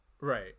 Right